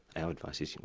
our advice is,